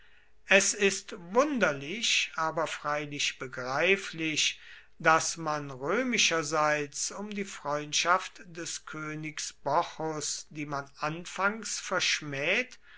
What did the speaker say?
es ist wunderlich aber freilich begreiflich daß man römischerseits um die freundschaft des königs bocchus die man anfangs verschmäht